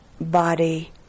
body